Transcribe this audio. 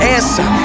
Answer